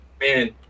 Man